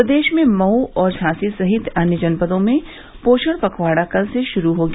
प्रदेश में मऊ और झांसी सहित अन्य जनपदों में पोषण पखवाड़ा कल से शुरु हो गया